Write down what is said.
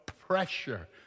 pressure